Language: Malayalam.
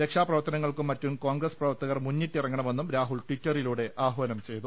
രക്ഷാ പ്രവർത്തനങ്ങൾക്കും മറ്റും കോൺഗ്രസ് പ്രവർത്തകർ മുന്നിട്ടിറങ്ങണമെന്നും രാഹുൽ ടിറ്ററിലൂടെ ആഹ്വാനം ചെയ്തു